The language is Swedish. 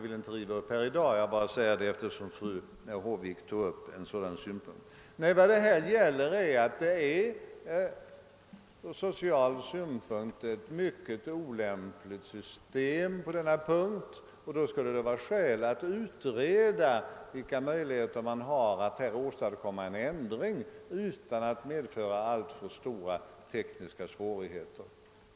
Jag ville emellertid säga detta, eftersom fru Håvik tog upp en sådan synpunkt. Det system som tillämpas är ur social synpunkt mycket olämpligt. Det skulle vara skäl att utreda vilka möjligheter man har att här åstadkomma en ändring utan att detta skulle medföra alltför stora tekniska svårigheter.